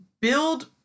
build